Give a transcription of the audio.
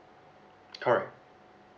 correct